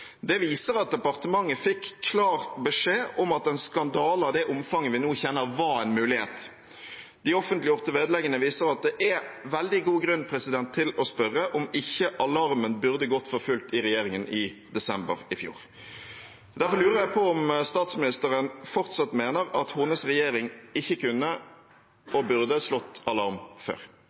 Det viser at departementet fikk klar beskjed om at en skandale av det omfanget vi nå kjenner, var en mulighet. De offentliggjorte vedleggene viser at det er veldig god grunn til å spørre om ikke alarmen burde gått for fullt i desember i fjor. Derfor lurer jeg på om statsministeren fortsatt mener at hennes regjeringen ikke kunne og burde slått alarm